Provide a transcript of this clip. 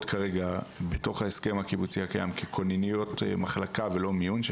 כרגע בתוך ההסכם הקיבוצי הקיים ככוננויות מחלקה ולא מיון,